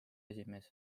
esimees